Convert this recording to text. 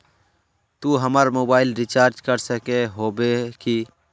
तू हमर mobile recharge कर सके होबे की?